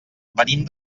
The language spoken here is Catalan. venim